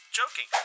joking